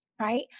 right